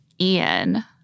Ian